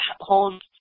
hold